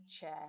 chair